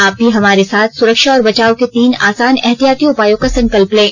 आप भी हमारे साथ सुरक्षा और बचाव के तीन आसान एहतियाती उपायों का संकल्प लें